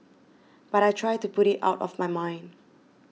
but I try to put it out of my mind